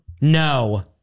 No